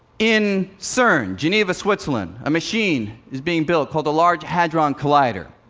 in cern, geneva, switzerland, a machine is being built called the large hadron collider.